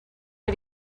way